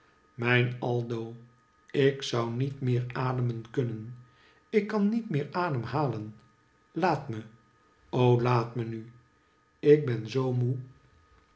mijn aldo ik zou niet meer ademen kunnen ik kin niet meer adem halen laat me o laat me nu ik ben zoo moe